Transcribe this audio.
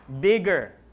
bigger